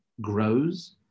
grows